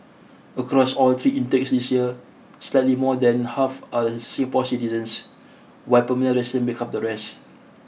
across all three intakes this year slightly more than half are Singapore citizens while permanent residents make up the rest